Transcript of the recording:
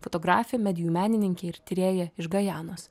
fotografė medijų menininkė ir tyrėja iš gajanos